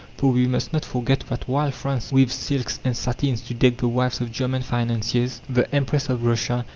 for we must not forget that while france weaves silks and satins to deck the wives of german financiers, the empress of russia,